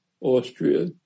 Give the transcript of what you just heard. Austria